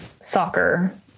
soccer